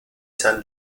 san